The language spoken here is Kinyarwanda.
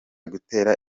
gutera